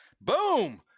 Boom